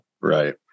Right